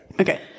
Okay